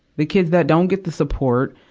the kids that don't get the support,